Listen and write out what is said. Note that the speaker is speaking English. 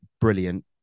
brilliant